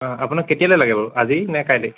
অঁ আপোনাক কেতিয়ালৈ লাগে বাৰু আজিনে কাইলৈ